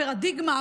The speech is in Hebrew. הפרדיגמה,